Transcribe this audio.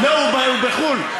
לא, הוא בחו"ל.